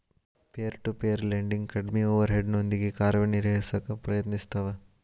peer to peer lending ಕಡ್ಮಿ over ಹೆಡ್ನೊಂದಿಗಿ ಕಾರ್ಯನಿರ್ವಹಿಸಕ ಪ್ರಯತ್ನಿಸ್ತವ